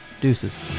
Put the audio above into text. Deuces